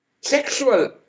sexual